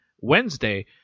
Wednesday